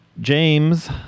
James